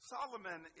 Solomon